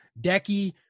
Decky